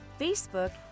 Facebook